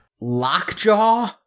Lockjaw